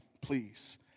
please